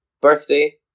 birthday